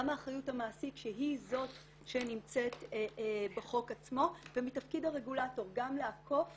גם אחריות המעסיק שהיא זאת שנמצאת בחוק עצמו ומתפקיד הרגולטור גם לאכוף